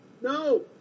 No